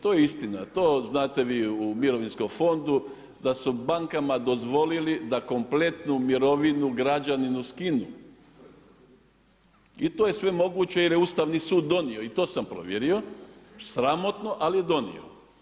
To je istina, to znate vi u mirovinskom fondu da su bankama dozvolili da kompletnu mirovinu građaninu skinu i to je sve moguće jer je Ustavni sud donio i to sam provjerio, sramotno ali je donio.